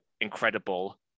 incredible